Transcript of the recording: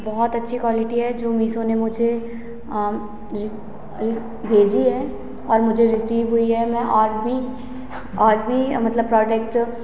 बहुत अच्छी क्वालिटी है जो मीसो ने मुझे भेजी है और मुझे रिसीव हुई है मैं और भी और भी मतलब प्रोडक्ट जो